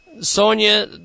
Sonia